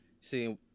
see